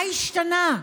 מה השתנה?